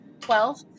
Twelve